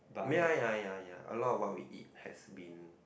ya ya ya ya a lot about we eat has been